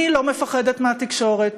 אני לא מפחדת מהתקשורת.